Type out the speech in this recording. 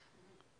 בבקשה.